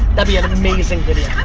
but be and an amazing video.